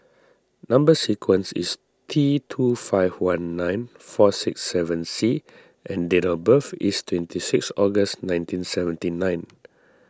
Number Sequence is T two five one nine four six seven C and date of birth is twenty six August nineteen seventy nine